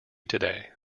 today